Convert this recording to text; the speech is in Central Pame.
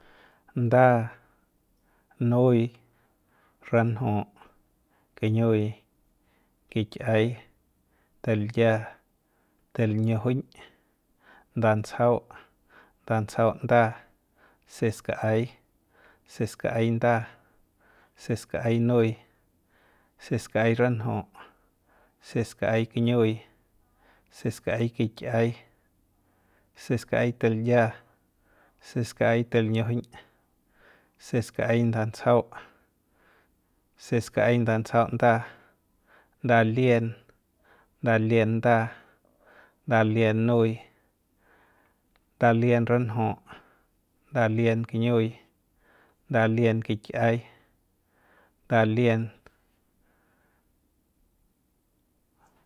nda, nuy, ranju, kiñiuy, kik'iay, teliya, teliñujuñ, ndantsajau, ndatsajau nda, seskai, seekai nda, seskai nuy, seskai ranju, seskai kiñiuy, seskai kik'iay, seskai teliya, seskai teliñujuñ, seskai ndantsajau, seskai ndatsajau nda, nda lien, nda lien nda, nda lien nuy, nda lien ranju, nda lien kiñiuy, nda lien kik'iay, nda lien.